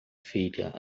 filha